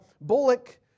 bullock